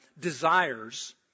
desires